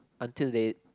until they